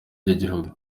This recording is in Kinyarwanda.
ry’igihugu